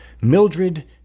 Mildred